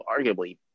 arguably